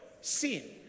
sin